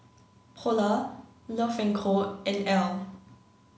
Polar Love and Co and Elle